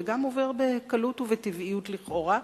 וגם עובר בקלות ובטבעיות לכאורה,